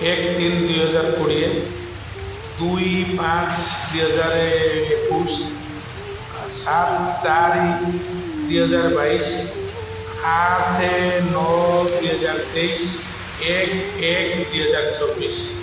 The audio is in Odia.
ଏକ ତିନ ଦୁଇହଜାର କୋଡ଼ିଏ ଦୁଇ ପାଞ୍ଚ ଦୁଇହଜାର ଏକୋଇଶ ସାତ ଚାରି ଦୁଇହଜାର ବାଇଶ ଆଠ ନଅ ଦୁଇହଜାର ତେଇଶ ଏକ ଏକ ଦୁଇହଜାର ଚବିଶ